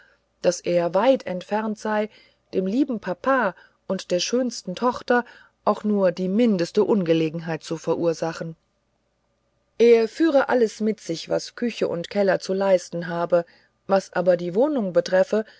daß er weit entfernt sei dem lieben papa und der schönsten tochter auch nur die mindeste ungelegenheit zu verursachen er führe alles mit sich was küche und keller zu leisten habe was aber die wohnung betreffe